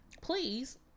Please